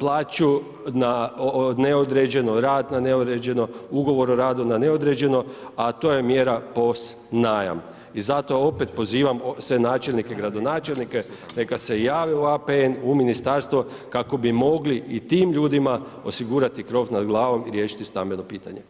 plaću na neodređeno, rad na neodređeno, ugovor o radu na neodređeno, a to je mjera POS najam i zato opet pozivam sve načelnike, gradonačelnike neka se jave u APN, u ministarstvo kako bi mogli i tim ljudima osigurati krov nad glavom i riješiti stambeno pitanje.